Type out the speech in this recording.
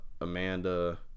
Amanda